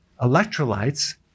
electrolytes